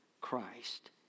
Christ